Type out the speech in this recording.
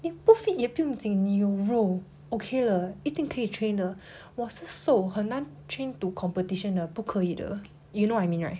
你不 fit 也不用紧你有肉 okay 了一定可以 train 的我是瘦很难 train to competition 的不可以的 you know what I mean right